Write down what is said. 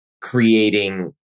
creating